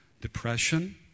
depression